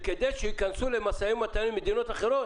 כדי שייכנסו למשא ומתן עם מדינות אחרות